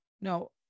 no